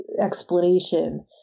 explanation